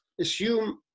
assume